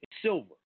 silver